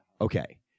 Okay